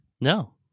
No